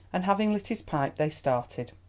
and, having lit his pipe, they started.